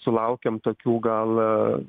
sulaukiam tokių gal